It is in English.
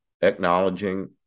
acknowledging